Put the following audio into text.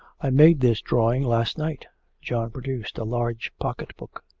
i made this drawing last night john produced a large pocket-book.